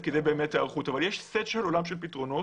כי את היערכות אבל יש סט של עולם של פתרונות